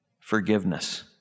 forgiveness